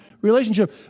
relationship